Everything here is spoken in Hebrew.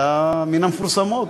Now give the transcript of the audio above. אתה מן המפורסמות.